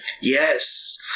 Yes